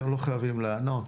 אתם לא חייבים לענות,